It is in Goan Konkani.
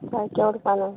सारकें उरपा ना